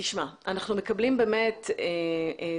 תשמע, אנחנו מקבלים באמת תמונה,